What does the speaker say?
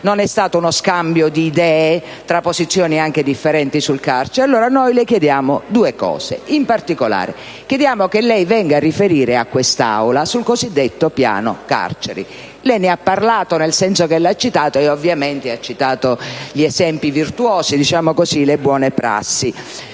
non è stato uno scambio di idee tra posizioni anche diverse sul carcere, le facciamo due richieste. In particolare, chiediamo che lei venga a riferire a quest'Assemblea sul cosiddetto piano carceri. Lei ne ha parlato, nel senso che lo ha citato, e ovviamente ha citato gli esempi virtuosi e le buone prassi.